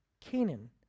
Canaan